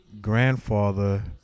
grandfather